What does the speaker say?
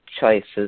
choices